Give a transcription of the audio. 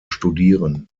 studieren